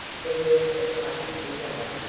the work of cutting began,